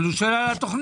אבל הוא שואל על התוכנית.